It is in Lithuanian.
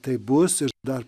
taip bus ir dar